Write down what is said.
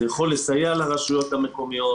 זה יכול לסייע לרשויות המקומיות.